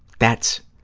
that's,